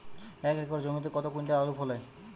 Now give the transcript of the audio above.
এক একর জমিতে কত কুইন্টাল আলু ফলে?